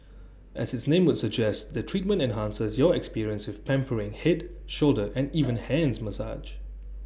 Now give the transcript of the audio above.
as its name would suggest the treatment enhances your experience with pampering Head shoulder and even hands massage